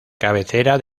cabecera